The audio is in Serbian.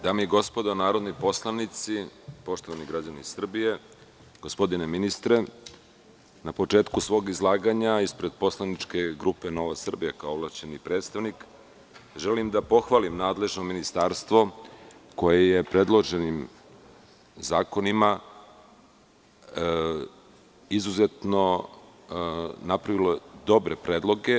Dame i gospodo narodni poslanici, poštovani građani Srbije, gospodine ministre, na početku svog izlaganja ispred poslaničke grupe NS, kao ovlašćeni predstavnik, želim da pohvalim nadležno ministarstvo koje je predloženim zakonima izuzetno napravilo dobre predloge.